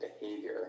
behavior